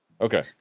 Okay